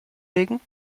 legen